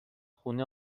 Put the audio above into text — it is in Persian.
خونه